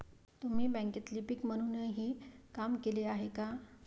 तुम्ही बँकेत लिपिक म्हणूनही काम केले आहे का?